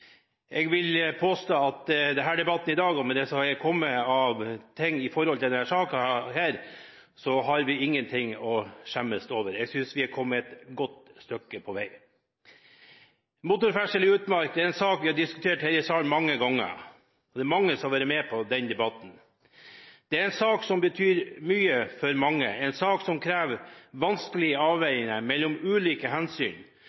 jeg vil påstå at slik denne saken foreligger i dag, har vi ingenting å skjemmes over. Jeg synes vi har kommet et godt stykke på vei. Motorferdsel i utmark er en sak vi har diskutert i denne salen mange ganger. Det er mange som har vært med på den debatten. Det er en sak som betyr mye for mange, en sak som krever vanskelige avveininger mellom ulike hensyn.